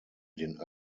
den